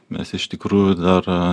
mes iš tikrųjų dar